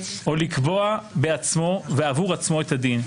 או לקבוע בעצמו ועבור עצמו את הדין.